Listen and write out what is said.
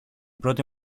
πρώτη